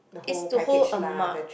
it's to hold a mug